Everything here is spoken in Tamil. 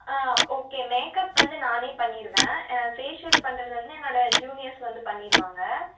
ஆ ஓகே மேக்அப் வந்து நானே பண்ணிடுவேன் ஃபேஷியல் பண்ணுறது வந்து என்னோட ஜுனியர்ஸ் வந்து பண்ணிடுவாங்க